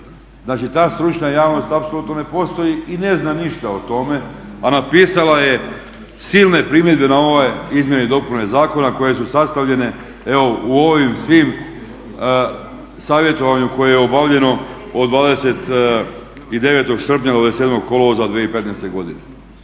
Znači ta stručna javnost apsolutno ne postoji i ne zna ništa o tome, a napisala je silne primjedbe na ove izmjene i dopune zakona koje su sastavljene evo u ovom svom savjetovanju koje je obavljeno od 29. srpnja do 27. kolovoza 2015. Zašto